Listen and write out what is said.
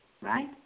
Right